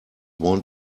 want